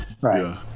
Right